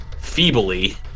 feebly